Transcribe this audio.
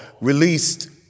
released